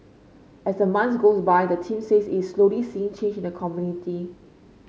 as the months go by the team says it's slowly seeing change in the community